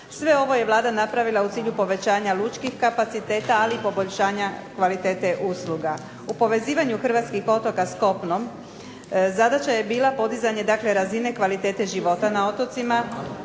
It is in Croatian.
Sve ovo je Vlada napravila u cilju povećanja lučkih kapaciteta ali poboljšanja kvalitete usluga. U povezivanju hrvatskih otoka s kopnom zadaća je bila podizanje razine kvalitete života na otocima